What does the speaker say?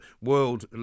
world